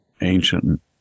ancient